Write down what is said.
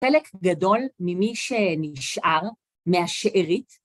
חלק גדול ממי שנשאר, מהשארית,